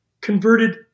converted